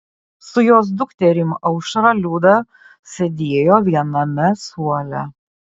su jos dukterim aušra liuda sėdėjo viename suole